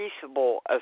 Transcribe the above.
peaceable